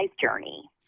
journey